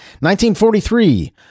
1943